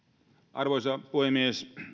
arvoisa puhemies on